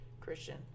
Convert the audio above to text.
Christian